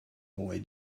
boy